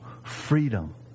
freedom